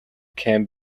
can